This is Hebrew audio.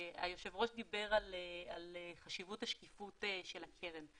היושב ראש דיבר על חשיבות השקיפות של הקרן.